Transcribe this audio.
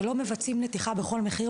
שלא מבצעים נתיחה בכל מחיר,